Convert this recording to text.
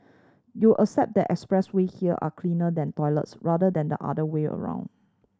you accept that expressway here are cleaner than toilets rather than the other way around